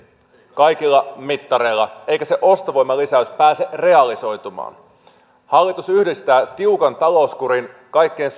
kaikilla mittareilla eikä se ostovoiman lisäys pääse realisoitumaan hallitus yhdistää tiukan talouskurin kaikkein